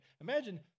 Imagine